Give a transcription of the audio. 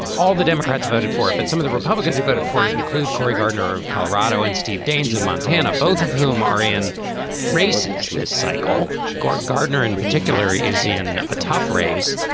all the democrats voted for it. but some of the republicans who voted for it it include cory gardner of colorado and steve daines of montana, both of whom are in races this cycle. greg gardner in particular, is in a tough race.